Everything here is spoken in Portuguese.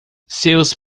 seus